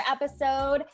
episode